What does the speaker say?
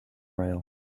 rail